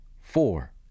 four